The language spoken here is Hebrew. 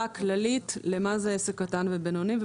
הכללית למה נחשב כעסק קטן וכעסק בינוני.